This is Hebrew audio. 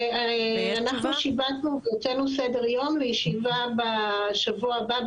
ואנחנו שיבצנו והוצאנו סדר יום לישיבה בשבוע הבא,